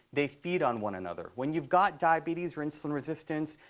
they feed on one another. when you've got diabetes or insulin resistance,